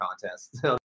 contest